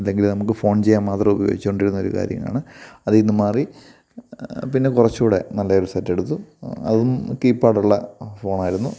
അല്ലെങ്കിൽ നമുക്ക് ഫോൺ ചെയ്യാൻ മാത്രം ഉപയോഗിച്ചു കൊണ്ടിരിക്കുന്ന കാര്യം മാത്രമാണ് അതീന്ന് മാറി പിന്നെ കുറച്ചൂടെ നല്ലെയൊരു സെറ്റ് എടുത്തു അതും കീപാഡുള്ള ഫോണായിരുന്നു